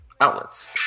Outlets